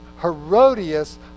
Herodias